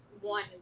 one